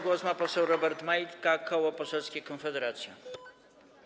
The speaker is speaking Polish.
Głos ma poseł Robert Majka, Koło Poselskie Konfederacja.